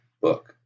book